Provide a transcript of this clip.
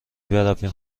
برویم